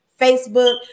Facebook